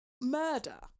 murder